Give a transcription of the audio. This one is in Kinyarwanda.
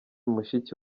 mushiki